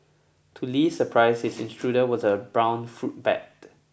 to Li's surprise his intruder was a brown fruit bat